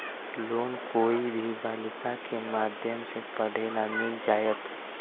Loan कोई भी बालिका के माध्यम से पढे ला मिल जायत?